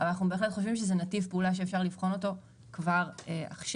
אבל אנחנו בהחלט חושבים שזה נתיב פעולה שאפשר לבחון אותו כבר עכשיו.